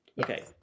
Okay